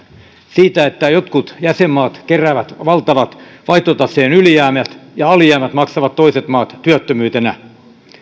siitä että jotkut jäsenmaat keräävät valtavat vaihtotaseen ylijäämät ja alijäämät maksavat toiset maat työttömyytenä